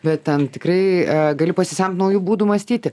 bet ten tikrai gali pasisemti naujų būdų mąstyti